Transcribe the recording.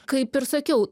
kaip ir sakiau